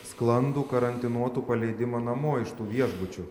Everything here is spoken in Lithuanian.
sklandų karantinuotų paleidimą namo iš tų viešbučių